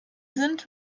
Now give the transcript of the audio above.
sind